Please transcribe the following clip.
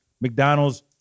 McDonald's